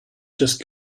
just